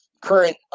current